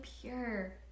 pure